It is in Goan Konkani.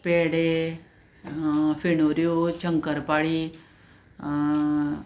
पेडे फिणोऱ्यो शंकर पाळी